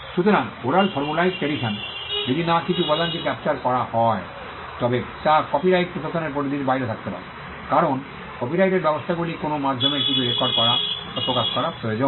সুতরাং oral formulaic tradition যদি না কিছু উপাদানকে ক্যাপচার করা হয় তবে তা কপিরাইট প্রশাসনের পরিধির বাইরে থাকতে পারে কারণ কপিরাইটের ব্যবস্থাগুলি কোনও মাধ্যমের কিছু রেকর্ড করা বা প্রকাশ করা প্রয়োজন